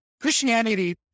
Christianity